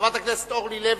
חברת הכנסת אורלי לוי,